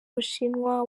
bushinwa